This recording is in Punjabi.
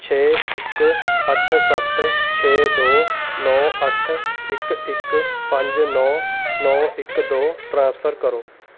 ਛੇ ਇੱਕ ਅੱਠ ਸੱਤ ਛੇ ਦੋ ਨੌ ਅੱਠ ਇੱਕ ਇੱਕ ਪੰਜ ਨੌ ਨੌ ਇੱਕ ਦੋ ਟਰਾਂਸਫਰ ਕਰੋ